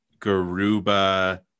garuba